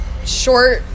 Short